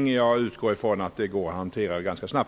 som omnämndes. Jag utgår ifrån att den går att hantera ganska snabbt.